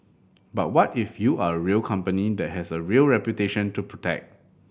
but what if you are a real company that has a real reputation to protect